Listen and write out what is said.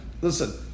listen